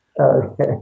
Okay